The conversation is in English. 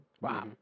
wow